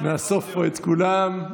נאסוף פה את כולם.